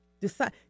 Decide